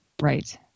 Right